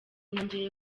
nongeye